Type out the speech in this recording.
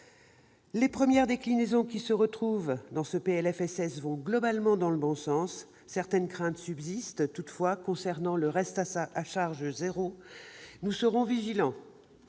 Les premières déclinaisons qui se retrouvent dans le présent PLFSS vont globalement dans le bon sens. Certaines craintes subsistent toutefois concernant le reste à charge zéro. Nous serons vigilants